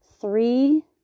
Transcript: three